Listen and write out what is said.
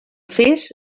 fes